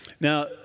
Now